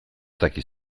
dakit